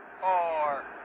four